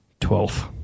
Twelfth